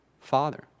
Father